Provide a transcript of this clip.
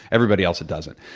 everybody else, it doesn't.